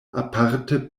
aparte